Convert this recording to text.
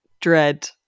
dread